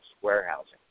warehousing